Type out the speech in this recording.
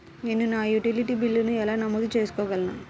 నేను నా యుటిలిటీ బిల్లులను ఎలా నమోదు చేసుకోగలను?